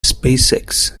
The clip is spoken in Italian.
spacex